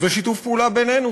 ושיתוף פעולה בינינו,